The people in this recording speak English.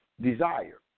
desire